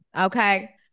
okay